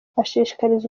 ashishikariza